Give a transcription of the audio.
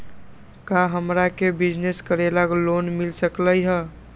का हमरा के बिजनेस करेला लोन मिल सकलई ह?